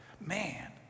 man